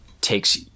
takes